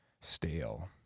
stale